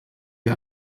wir